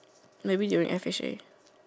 maybe they will F H A